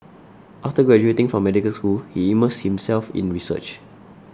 after graduating from medical school he immersed himself in research